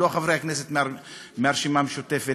לא חברי הכנסת מהרשימה המשותפת,